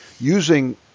Using